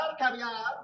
caviar